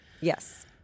Yes